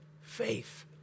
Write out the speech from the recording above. faith